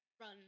run